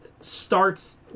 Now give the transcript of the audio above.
starts